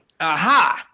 Aha